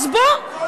ראש הממשלה,